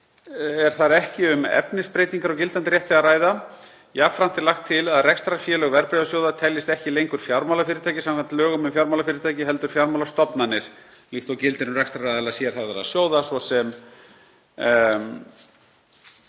er þar ekki um efnisbreytingar á gildandi rétti að ræða. Jafnframt er lagt til að rekstrarfélög verðbréfasjóða teljist ekki lengur fjármálafyrirtæki samkvæmt lögum um fjármálafyrirtæki, heldur fjármálastofnanir líkt og gildir um rekstraraðila sérhæfðra sjóða,